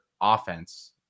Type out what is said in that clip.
offense